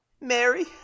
Mary